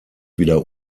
wieder